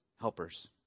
helpers